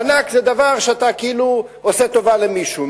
מענק זה דבר שאתה כאילו עושה אתו טובה למישהו,